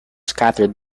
scattered